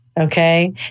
Okay